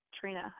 Trina